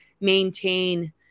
maintain